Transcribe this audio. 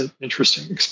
interesting